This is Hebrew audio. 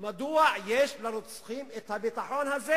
מדוע יש לרוצחים הביטחון הזה?